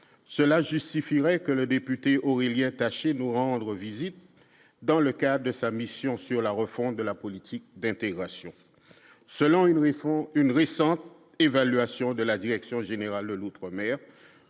cela justifierait que le député, or il y attacher nous rendre visite dans le cas de familles mission sur la refonte de la politique d'intégration, selon une récente une récente évaluation de la direction générale de l'outre-mer,